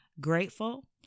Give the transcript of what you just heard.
grateful